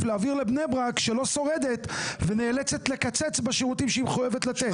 להעביר לבני ברק שלא שורדת ונאלצת לקצץ בשירותים שהיא מחויבת לתת.